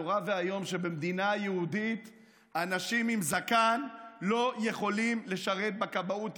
נורא ואיום שבמדינה יהודית אנשים עם זקן לא יכולים לשרת בכבאות,